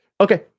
Okay